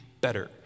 better